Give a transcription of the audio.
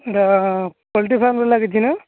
ଏଇଟା poultry farm ଲାଗିଛି ନା